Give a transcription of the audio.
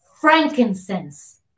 frankincense